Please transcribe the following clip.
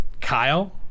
Kyle